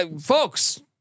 folks